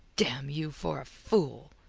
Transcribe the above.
damn you for a fool!